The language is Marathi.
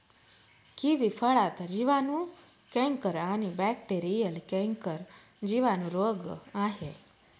किवी फळाचा जिवाणू कैंकर आणि बॅक्टेरीयल कैंकर जिवाणू रोग आहे